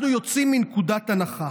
אנחנו יוצאים מנקודת הנחה